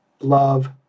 love